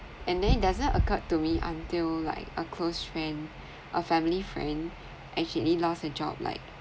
and then it doesn't occur to me until like a close friend a family friend actually lost a job like